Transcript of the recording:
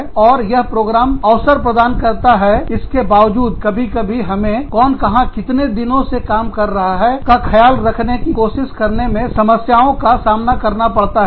और यह प्रोग्राम अवसर प्रदान करता है इसके बावजूद कभी कभी हमें कौन कहां कितने दिनों से काम कर रहा है का ख्याल रखने की कोशिश करने में समस्याओं का सामना करना पड़ता है